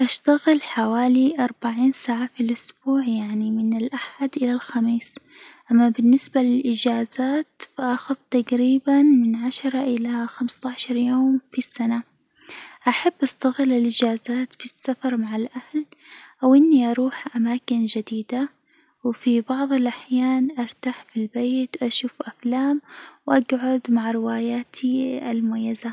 أشتغل حوالي أربعين ساعة في الأسبوع يعني من الأحد إلى الخميس، أما بالنسبة للإجازات فأخذ تقريبًا من عشرة إلى خمسة عشر يوم في السنة، أحب أستغل الإجازات في السفر مع الأهل أو إني أروح أماكن جديدة، وفي بعض الأحيان أرتاح في البيت أشوف أفلام وأجعد مع رواياتي المميزة.